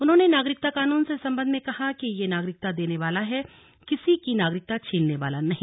उन्होंने नागरिकता कानून से संबंध में कहा कि यह नागरिकता देने वाला है किसी की नागरिकता छीनने वाला नही